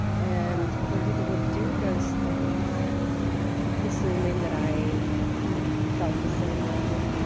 and when people would do those things assuming that i felt the same way,